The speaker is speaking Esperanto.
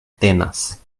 tenas